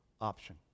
option